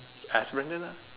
ask Brandon ah